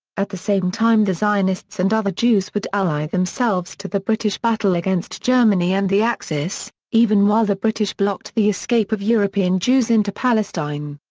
at the same same time the zionists and other jews would ally themselves to the british battle against germany and the axis, even while the british blocked the escape of european jews into palestine.